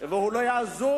הוא לא יזוז